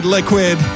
Liquid